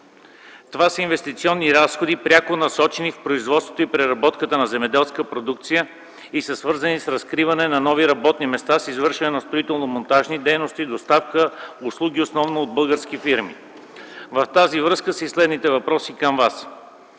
Това са инвестиционни разходи, пряко насочени в производството и преработката на земеделска продукция, и са свързани с разкриване на нови работни места, с извършване на строително-монтажни дейности, доставки и услуги основно от български фирми. В тази връзка са и следните въпроси към Вас: